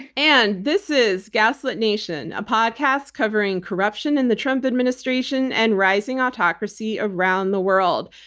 and this is gaslit nation, a podcast covering corruption in the trump administration and rising autocracy around the world.